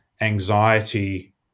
anxiety